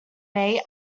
may